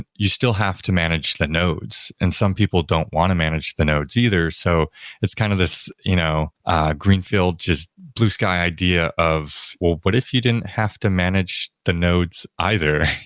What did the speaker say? you still have to manage the nodes, and some people don't want to manage the nodes either, so it's kind of this you know ah green field, just blue sky idea of, well what if you didn't have to manage the nodes either?